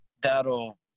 that'll